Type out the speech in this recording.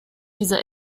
dieser